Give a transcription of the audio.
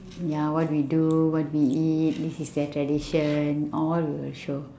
ya what we do what we eat this is their tradition all their show